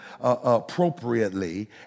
appropriately